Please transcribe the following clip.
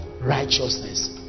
Righteousness